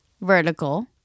vertical